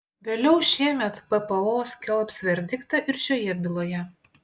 vėliau šiemet ppo skelbs verdiktą ir šioje byloje